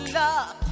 love